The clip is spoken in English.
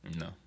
No